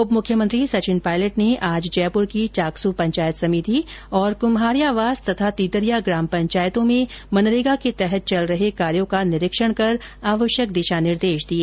उपमुख्यमंत्री सचिन पायलट ने आज जयपुर की चाकसू पंचायत समिति और कुमहारियावास तथा तितरिया ग्राम पंचायतों में मनरेगा के तहत चल रहे कार्यों का निरीक्षण कर आवश्यक दिशा निर्देश दिए